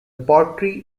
pottery